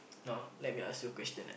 now let me ask you a question ah